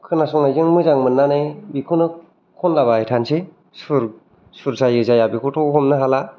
खोनासंनायजों मोजां मोननानै बेखौनो खनलाबाय थानसै सुर सुर जायो जाया बेखौथ' हमनो हाला